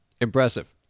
impressive